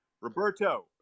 Roberto